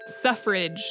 suffrage